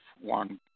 one